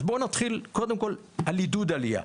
אז בואו נתחיל, קודם כל, על עידוד עלייה.